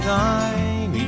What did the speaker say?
time